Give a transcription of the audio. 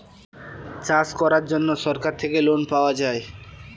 চাষ করার জন্য সরকার থেকে লোন পাওয়া যায়